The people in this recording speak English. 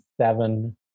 seven